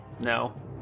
No